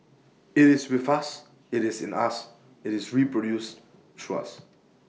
IT is with us IT is in us IT is reproduced through us